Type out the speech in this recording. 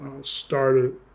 started